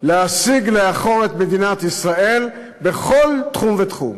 להסיג לאחור את מדינת ישראל בכל תחום ותחום.